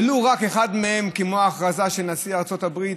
ולו רק אחד מהם, כמו ההכרזה של נשיא ארצות הברית